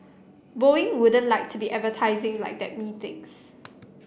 boeing wouldn't like to be advertising like that methinks